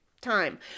time